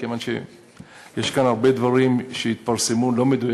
כיוון שהתפרסמו כאן הרבה דברים לא מדויקים,